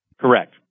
Correct